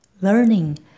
Learning